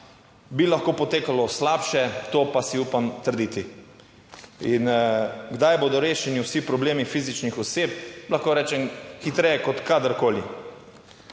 Bi lahko potekalo slabše, to pa si upam trditi. In kdaj bodo rešeni vsi problemi fizičnih oseb? Lahko rečem, hitreje kot kadarkoli.